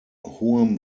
hohem